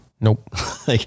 Nope